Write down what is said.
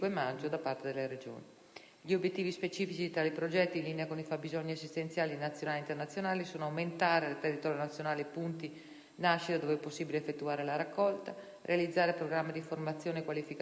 Gli obiettivi specifici di tali progetti, in linea con i fabbisogni assistenziali nazionali ed internazionali, sono: aumentare sul territorio nazionale il numero dei punti nascita dove è possibile effettuare la raccolta; realizzare programmi di formazione e qualificazione del personale addetto